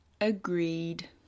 Agreed